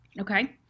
Okay